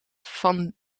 van